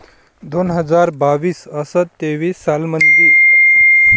दोन हजार बावीस अस तेवीस सालामंदी कास्तकाराइले सरकार नुकसान भरपाईची कोनच्या परकारे पैशाची मदत करेन?